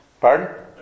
Pardon